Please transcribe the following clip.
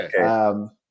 Okay